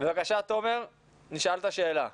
בבקשה תומר, נשאלת שאלה.